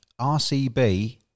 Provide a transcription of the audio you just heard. RCB